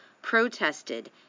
protested